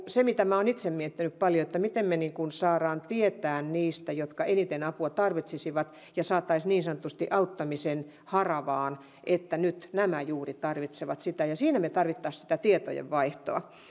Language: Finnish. se mitä minä olen itse miettinyt paljon on miten me saamme tietää niistä jotka eniten apua tarvitsisivat miten heidät saataisiin niin sanotusti auttamisen haravaan että nyt nämä juuri tarvitsevat sitä siinä me tarvitsisimme tietojen vaihtoa